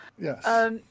Yes